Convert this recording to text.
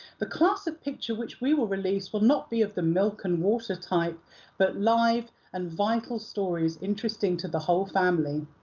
the class of picture which we will release will not be of the milk and water type but live and vital stories interesting to the whole family.